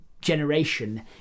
generation